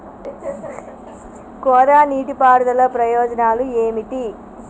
కోరా నీటి పారుదల ప్రయోజనాలు ఏమిటి?